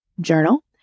journal